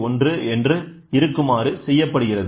1 என்று இருக்குமாறு செய்யப்படுகிறது